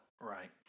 Right